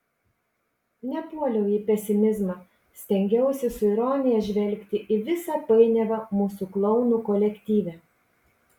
nepuoliau į pesimizmą stengiausi su ironija žvelgti į visą painiavą mūsų klounų kolektyve